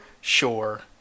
sure